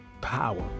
power